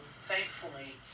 thankfully